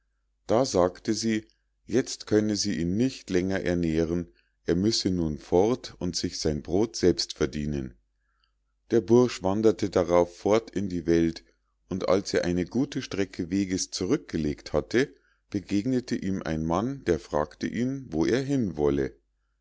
da sagte sie jetzt könne sie ihn nicht länger ernähren er müsse nun fort und sich sein brod selbst verdienen der bursch wanderte darauf fort in die welt und als er eine gute strecke weges zurückgelegt hatte begegnete ihm ein mann der fragte ihn wo er hin wolle